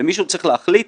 ומישהו צריך להחליט